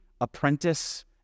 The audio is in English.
apprentice